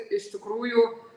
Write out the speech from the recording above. iš tikrųjų